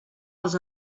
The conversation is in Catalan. els